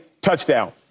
touchdown